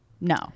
No